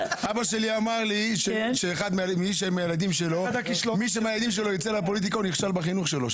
אבא שלי אמר לי שמי מהילדים שלו ייצא לפוליטיקה הוא נכשל בחינוך שלו.